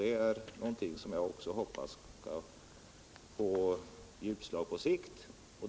Det är någonting som jag hoppas skall ge utslag på sikt.